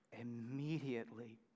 Immediately